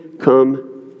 come